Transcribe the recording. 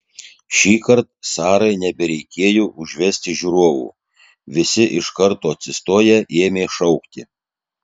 šįkart sarai nebereikėjo užvesti žiūrovų visi iš karto atsistoję ėmė šaukti